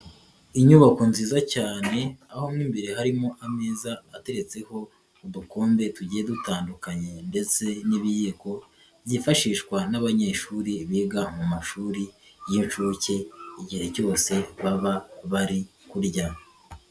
Inyubako nziza cyane, aho mo imbere harimo ameza ateretseho udukombe tugiye dutandukanye ndetse n'ibiyiko, byifashishwa n'abanyeshuri biga mu mashuri y'inshuke igihe cyose baba bari kurya.